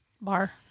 bar